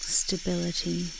stability